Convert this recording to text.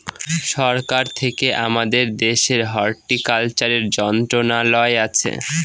সরকার থেকে আমাদের দেশের হর্টিকালচারের মন্ত্রণালয় আছে